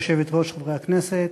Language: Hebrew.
גברתי היושבת-ראש, חברי הכנסת,